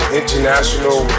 international